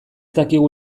dakigu